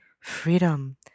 freedom